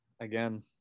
Again